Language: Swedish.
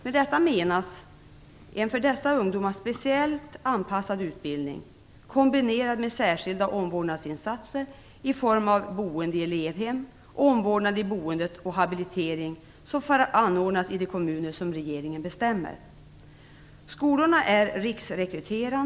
Med detta menas en för dessa ungdomar speciellt anpassad utbildning kombinerad med särskilda omvårdnadsinsatser i form av boende i elevhem, omvårdnad i boendet och habilitering som anordnas i de kommuner som regeringen bestämmer.